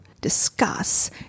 discuss